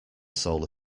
solar